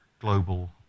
global